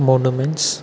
monuments